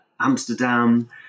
Amsterdam